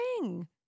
ring